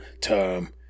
term